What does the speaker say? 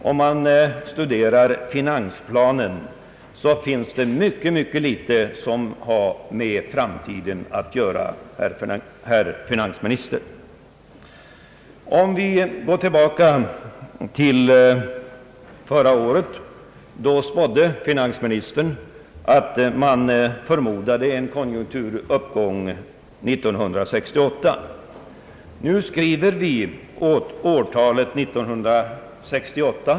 Om man studerar finansplanen, finner man att det finns mycket litet som har med framtiden att göra, herr finansminister. Förra året spådde finansministern att det skulle bli en konjunkturuppgång år 1968. Nu skriver vi årtalet 1968.